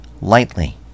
Lightly